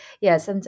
yes